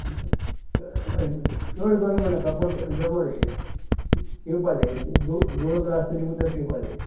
चड गरम म्हणाका पूण दमट अशें पिवपा जाय दोन ग्लास तरी उदक पिवपा जाय